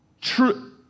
True